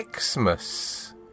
Xmas